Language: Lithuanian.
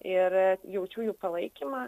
ir jaučiau jų palaikymą